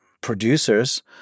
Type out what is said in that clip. producers